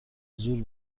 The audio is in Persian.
زور